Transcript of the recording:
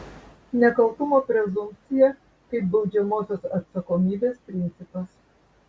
nekaltumo prezumpcija kaip baudžiamosios atsakomybės principas